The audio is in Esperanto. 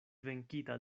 venkita